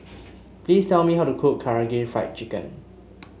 please tell me how to cook Karaage Fried Chicken